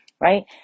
right